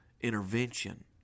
intervention